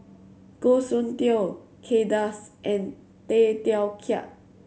Goh Soon Tioe Kay Das and Tay Teow Kiat